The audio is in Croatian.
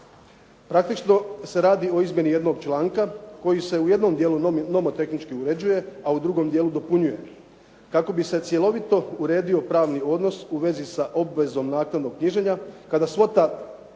Praktično se radi o izmjeni jednog članka koji se u jednom dijelu nomotehnički uređuje a u drugom dijelu dopunjuje. Kako bi se cjelovito uredio pravni odnos, u svezi sa obvezom, naknadom knjiženja, kada svota